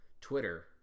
Twitter